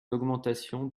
l’augmentation